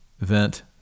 event